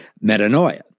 metanoia